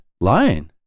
lying